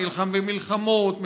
נלחם במלחמות,